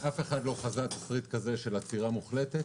אף אחד לא חזה תסריט כזה של עצירה מוחלטת